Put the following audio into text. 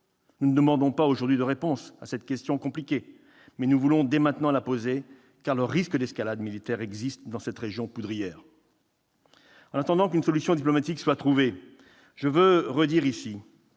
Nous ne demandons pas aujourd'hui une réponse à cette question complexe, mais nous voulons dès maintenant la poser, car le risque d'escalade militaire existe dans cette région poudrière. En attendant qu'une solution diplomatique soit trouvée, je veux redire ici